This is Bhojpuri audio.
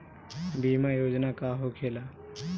बीमा योजना का होखे ला?